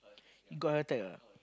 he got attack lah